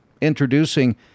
Introducing